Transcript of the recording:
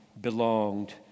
belonged